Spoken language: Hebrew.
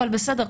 אבל בסדר,